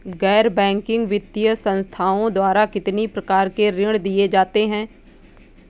गैर बैंकिंग वित्तीय संस्थाओं द्वारा कितनी प्रकार के ऋण दिए जाते हैं?